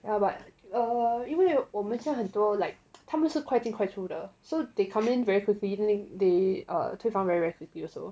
well but err 因为我们现在很多 like 他们是快进快出的 so they come in very quickly they err 退房 very very quickly also